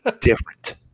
different